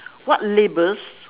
what labels